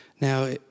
Now